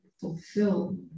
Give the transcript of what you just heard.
fulfill